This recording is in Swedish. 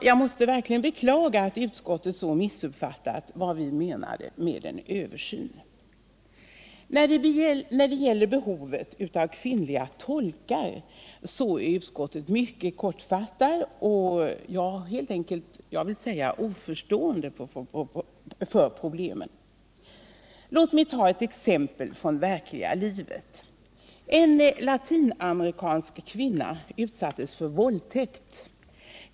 Jag måste verkligen beklaga att utskottet på det här sättet missuppfattat vad vi menade med en översyn. När det gäller behovet av kvinnliga tolkar är utskottet mycket kortfattat, ja, helt enkelt oförstående för problemen. Låt mig ta ett exempel från det verkliga livet. En latinamerikansk kvinna utsattes för våldtäkt.